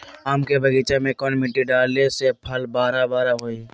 आम के बगीचा में कौन मिट्टी डाले से फल बारा बारा होई?